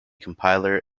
compiler